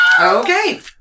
Okay